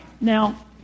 Now